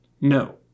No